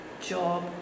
Job